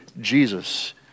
Jesus